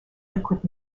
liquid